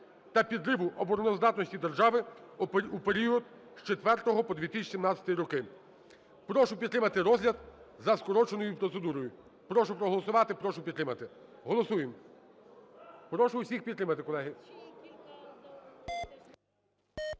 та підриву обороноздатності держави у період з 2004 по 2017 роки. Прошу підтримати розгляд за скороченою процедурою. Прошу проголосувати, прошу підтримати. Голосуємо! Прошу усіх підтримати, колеги.